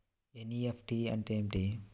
NEFT అంటే ఏమిటి?